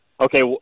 okay